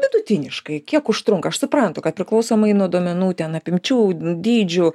vidutiniškai kiek užtrunka aš suprantu kad priklausomai nuo duomenų ten apimčių n dydžių